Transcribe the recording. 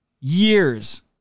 Years